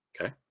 okay